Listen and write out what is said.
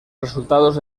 resultados